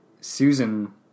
Susan